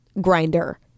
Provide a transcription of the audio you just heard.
grinder